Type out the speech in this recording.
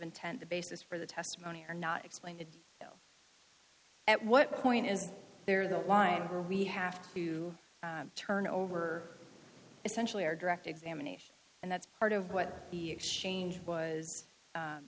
intent the basis for the testimony or not explained it at what point is there the line where we have to turn over essentially our direct examination and that's part of what the exchange was